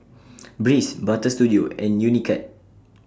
Breeze Butter Studio and Unicurd